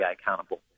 accountable